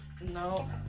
No